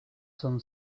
sun